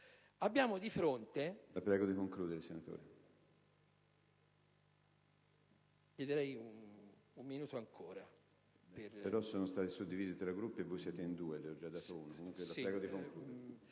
Abbiamo di fronte...